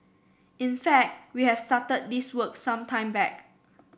in fact we have started this work some time back